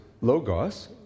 logos